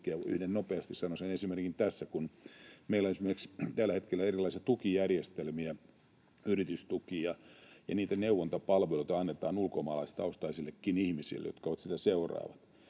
nopeasti sanon tässä: Meillä on esimerkiksi tällä hetkellä erilaisia tukijärjestelmiä, yritystukia, ja niitä neuvontapalveluita annetaan ulkomaalaistaustaisillekin ihmisille, jotka niitä seuraavat.